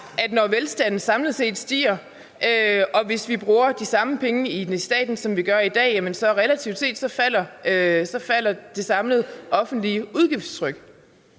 at når velstanden samler set stiger, og hvis vi bruger de samme penge i staten, som vi gør i dag, så falder det samlede offentlige udgiftstryk